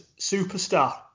Superstar